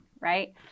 right